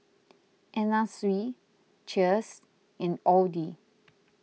Anna Sui Cheers and Audi